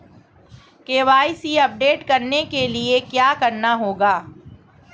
KYC update करने के लिए क्या करना होगा?